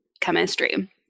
chemistry